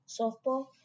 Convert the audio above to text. softball